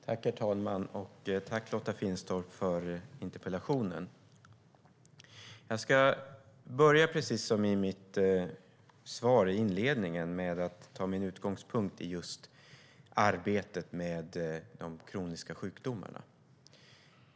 Herr talman! Tack, Lotta Finstorp, för interpellationen! Jag ska börja precis som i mitt svar i inledningen med att ta min utgångspunkt i arbetet med de kroniska sjukdomarna.